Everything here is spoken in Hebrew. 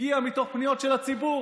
הגיעו מתוך פניות של הציבור